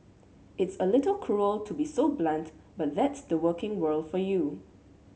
it's a little cruel to be so blunt but that's the working world for you